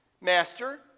Master